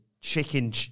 chicken